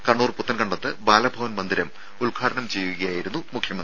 കണ്ണൂർ പുത്തൻകണ്ടത്ത് ബാലഭവൻ മന്ദിരം ഉദ്ഘാടനം ചെയ്യുകയായിരുന്നു പിണറായി വിജയൻ